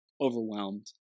overwhelmed